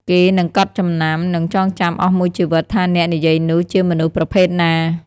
គេនឹងកត់ចំណាំ និងចងចាំអស់មួយជីវិតថាអ្នកនិយាយនោះជាមនុស្សប្រភេទណា។